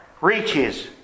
reaches